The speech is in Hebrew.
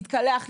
להתקלח,